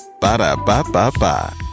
Ba-da-ba-ba-ba